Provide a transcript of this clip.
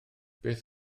beth